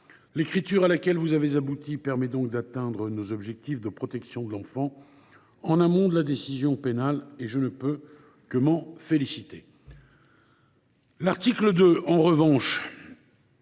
L’écriture à laquelle vous avez abouti permet donc d’atteindre nos objectifs de protection de l’enfant en amont de la décision pénale – je ne peux que m’en féliciter. L’article 2, quant